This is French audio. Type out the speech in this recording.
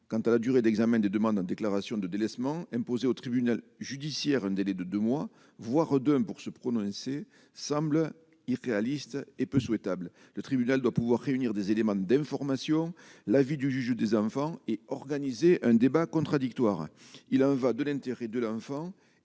quant à la durée d'examen des demandes en déclaration de délaissement imposée au tribunal judiciaire un délai de 2 mois voire 2 pour se prononcer, semble irréaliste et peu souhaitables, le tribunal doit pouvoir réunir des éléments d'information, l'avis du juge des enfants et organiser un débat contradictoire, il a un va de l'intérêt de l'enfant